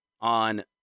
on